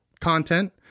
content